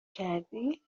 کردی